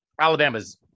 Alabama's